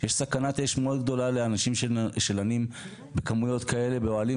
יש סכנת אש מאוד גדולה לאנשים שלנים בכמויות כאלה באוהלים,